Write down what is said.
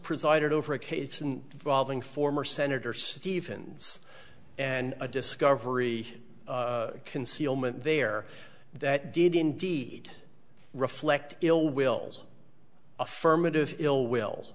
presided over a case it's an evolving former senator stevens and a discovery concealment there that did indeed reflect ill will affirmative ill will